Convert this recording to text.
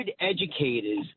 educators